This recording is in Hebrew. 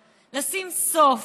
לשים סוף